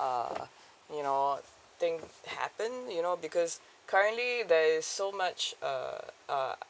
uh you know thing happen you know because currently there is so much uh uh